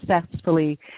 successfully